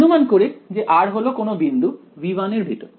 অনুমান করে যে r হলো কোনও বিন্দু V1 এর ভিতর